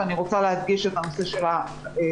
ואני רוצה להדגיש את הנושא של האכיפה,